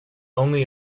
only